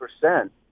percent